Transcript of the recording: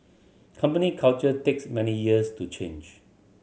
company culture takes many years to change